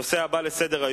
הנושא הבא בסדר-היום,